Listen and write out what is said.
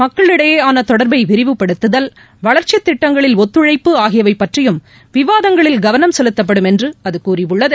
மக்களிடையேயானதொடர்பைவிரிவுபடுத்துதல் கிகாகாரம் வளர்ச்சித் திட்டங்களில் ஒத்துழைப்பு ஆகியவைபற்றியும் விவாதங்களில் கவனம் செலுத்தப்படும் என்றுஅதுகூறியுள்ளது